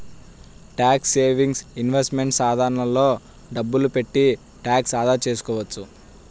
tax saving investment సాధనాల్లో డబ్బులు పెట్టి ట్యాక్స్ ఆదా చేసుకోవచ్చు